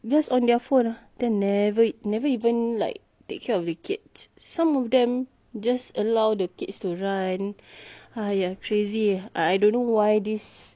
just on their phone ah then never never even like take care of the kids some of them just allow the kids to run !haiya! crazy ah I don't know why this